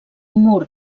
mur